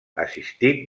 assistit